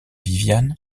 viviane